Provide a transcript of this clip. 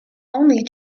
only